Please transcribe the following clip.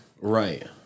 Right